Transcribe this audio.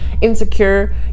insecure